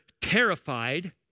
terrified